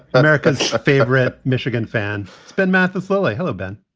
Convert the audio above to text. america's favorite michigan fan, spen matthew lily. hello, ben.